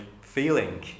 feeling